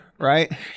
Right